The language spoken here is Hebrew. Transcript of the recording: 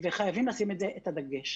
וחייבים לשים על זה את הדגש.